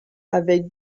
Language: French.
avec